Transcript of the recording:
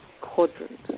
quadrant